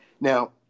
Now